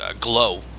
Glow